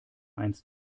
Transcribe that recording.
einst